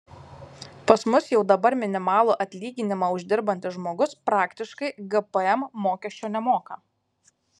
pas mus jau dabar minimalų atlyginimą uždirbantis žmogus praktiškai gpm mokesčio nemoka